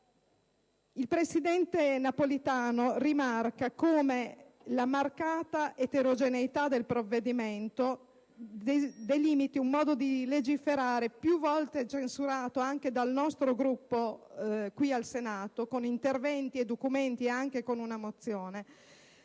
Il presidente Napolitano rimarca come la «marcata eterogeneità» del provvedimento delimiti un modo di legiferare, più volte censurato anche dal nostro Gruppo qui al Senato, con interventi e documenti e con una mozione;